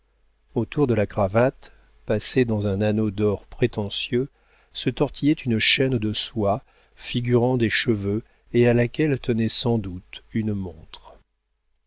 autour de la cravate passée dans un anneau d'or prétentieux se tortillait une chaîne de soie figurant des cheveux et à laquelle tenait sans doute une montre